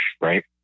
Right